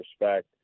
respect